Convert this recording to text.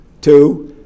Two